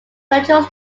controls